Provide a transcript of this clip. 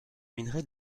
minerai